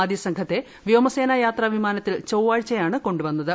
ആദ്യ സംഘത്തെ വ്യോമസേനാ യാത്രാ വിമാനത്തിൽ ചൊവ്വാഴ്ചയാണ് കൊണ്ടു വന്നത്